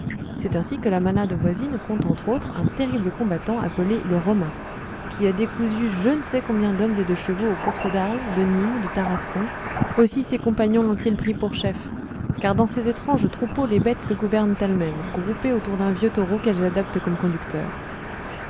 c'est ainsi que la manado voisine compte entre autres un terrible combattant appelé le romain qui a décousu je ne sais combien d'hommes et de chevaux aux courses d'arles de nîmes de tarascon aussi ses compagnons lont ils pris pour chef car dans ces étranges troupeaux les bêtes se gouvernent elles-mêmes groupées autour d'un vieux taureau qu'elles adoptent comme conducteur